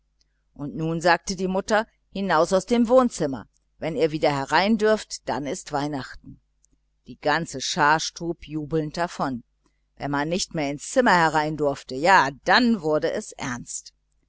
und nun sagte die mutter hinaus aus dem wohnzimmer wenn ihr wieder herein dürft dann ist weihnachten da stob die ganze schar jubelnd davon wenn man nicht mehr in das zimmer herein durfte ja dann wurde es ernst